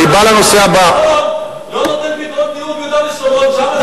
למה אתה לא נותן פתרונות דיור ביהודה ושומרון?